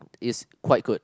is quite good